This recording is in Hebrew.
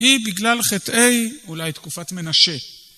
אי בגלל חטאי, אולי תקופת מנשה.